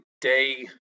day